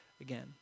again